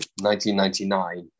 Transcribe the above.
1999